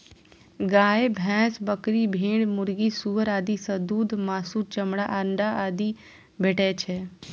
गाय, भैंस, बकरी, भेड़, मुर्गी, सुअर आदि सं दूध, मासु, चमड़ा, अंडा आदि भेटै छै